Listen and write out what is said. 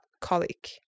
colic